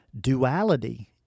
duality